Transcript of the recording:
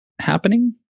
happening